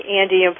Andy